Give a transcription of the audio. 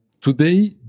today